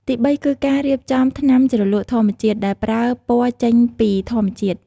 ទីបីគឺការរៀបចំថ្នាំជ្រលក់ធម្មជាតិ ដែលប្រើពណ៌ចេញពីធម្មជាតិ។